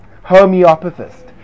homeopathist